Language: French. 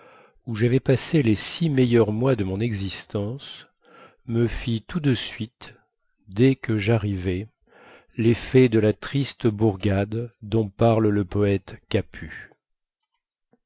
où javais passé les six meilleurs mois de mon existence me fit tout de suite dès que jarrivai leffet de la triste bourgade dont parle le poète capus